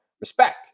respect